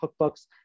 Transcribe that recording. cookbooks